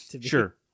sure